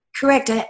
Correct